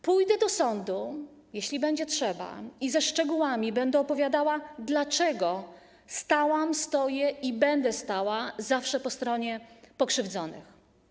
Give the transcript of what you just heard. Pójdę do sądu, jeśli będzie trzeba, i ze szczegółami będę opowiadała, dlaczego stałam, stoję i zawsze będę stała po stronie pokrzywdzonych.